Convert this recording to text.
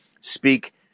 speak